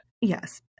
Yes